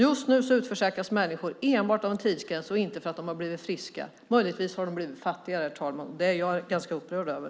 Just nu utförsäkras människor enbart av en tidsgräns och inte för att de har blivit friska. Möjligtvis har de blivit fattigare, herr talman. Det är jag ganska upprörd över.